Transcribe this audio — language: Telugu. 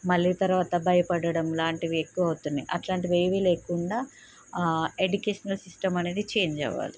మళ్ళీ తరువాత భయపడడం లాంటివి ఎక్కువ అవుతున్నాయి అలాంటివి ఏవేవి లేకుండా ఎడ్యుకేషనల్ సిస్టమ్ అనేది చేంజ్ అవ్వాలి